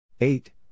Eight